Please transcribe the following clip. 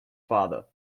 father